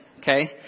okay